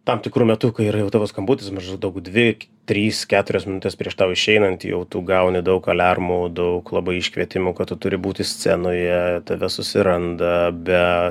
tam tikru metu kai yra jau tavo skambutis maždaug dvi trys keturios minutės prieš tau išeinant jau tu gauni daug aliarmų daug labai iškvietimų kad tu turi būti scenoje tave susiranda be